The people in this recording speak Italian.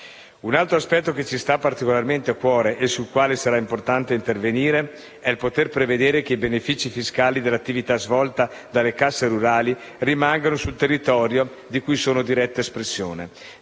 Un altro aspetto che ci sta particolarmente a cuore e sul quale sarà importante intervenire è il poter prevedere che i benefici fiscali dell'attività svolta dalle casse rurali rimangano sul territorio di cui sono diretta espressione.